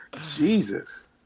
Jesus